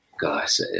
Guys